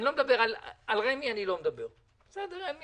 אני לא מדבר על רמ"י, הם יסתדרו.